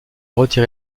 retiré